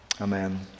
Amen